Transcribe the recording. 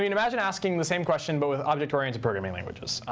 i mean imagine asking the same question but with object oriented programming languages.